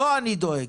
לו אנחנו דואגים.